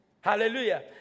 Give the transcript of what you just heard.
hallelujah